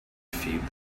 feed